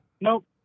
Nope